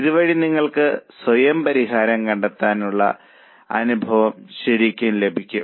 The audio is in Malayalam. ഇതുവഴി നിങ്ങൾക്ക് സ്വയം പരിഹാരം കണ്ടെത്താനുള്ള അനുഭവം ശരിക്കും ലഭിക്കും